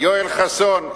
יואל חסון,